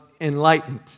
enlightened